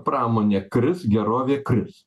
pramonė kris gerovė kris